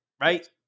right